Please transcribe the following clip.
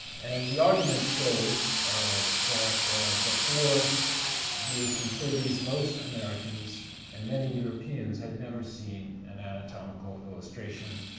and the argument goes that before the eighteen thirty s most americans and many europeans had never seen an anatomical illustration,